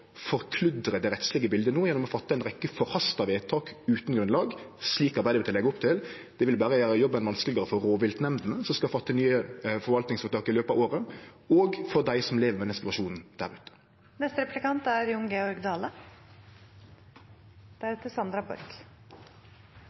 forkludre det rettslege bildet no gjennom å fatte ei rekkje forhasta vedtak utan grunnlag, slik Arbeidarpartiet legg opp til, vil berre gjere jobben vanskelegare for rovviltnemndene, som skal fatte nye forvaltingsvedtak i løpet av året, og for dei som lever med denne situasjonen der ute. Eg er